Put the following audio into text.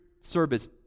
service